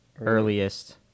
earliest